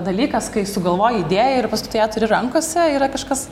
dalykas kai sugalvoji idėją ir paskui tu ją turi rankose yra kažkas